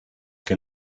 que